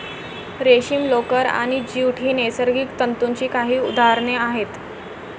रेशीम, लोकर आणि ज्यूट ही नैसर्गिक तंतूंची काही उदाहरणे आहेत